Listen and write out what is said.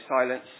silence